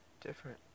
different